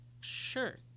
Sure